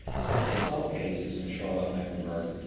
sexual assault cases in charlotte-mecklenburg.